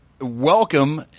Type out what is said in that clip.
Welcome